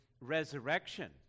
resurrection